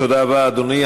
תודה רבה, אדוני.